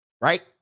Right